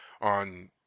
on